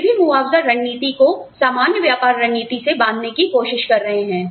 वे भी मुआवजा रणनीति को सामान्य व्यापार रणनीति से बांधने की कोशिश कर रहे हैं